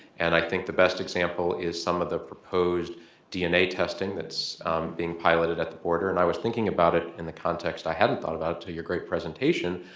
and i think the best example is some of the proposed dna testing that's being piloted at the border. and i was thinking about it in the context i hadn't thought about it till your great presentation,